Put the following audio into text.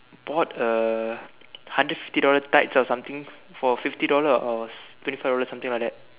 bought a hundred fifty dollar tights or something for fifty dollars or twenty five dollars something like that